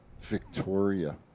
Victoria